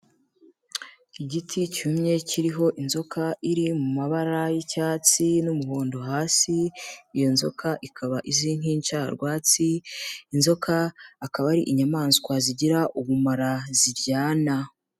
Igiti cyumye kiriho inzoka iri mu mabara y'icyatsi n'umuhondo hasi, iyo nzoka ikaba izwi nk'incarwatsi, inzoka akaba ari inyamaswa zigira ubumara, ziryana.